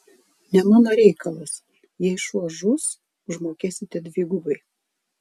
ne mano reikalas jei šuo žus užmokėsite dvigubai